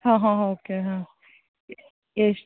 ಹಾಂ ಹಾಂ ಓಕೆ ಹಾಂ ಎಷ್ಟು